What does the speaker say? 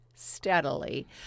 steadily